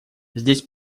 здесь